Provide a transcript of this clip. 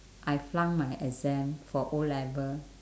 I flunk my exam for O level